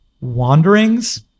wanderings